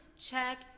check